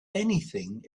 anything